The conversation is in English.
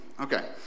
Okay